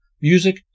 Music